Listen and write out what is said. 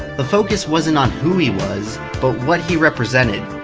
the focus wasn't on who he was, but what he represented.